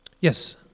yes